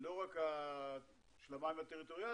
לא רק של המים הטריטוריאליים